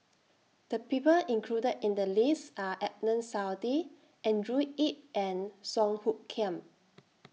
The People included in The list Are Adnan Saidi Andrew Yip and Song Hoot Kiam